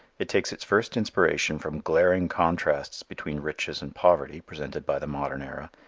it takes its first inspiration from glaring contrasts between riches and poverty presented by the modern era,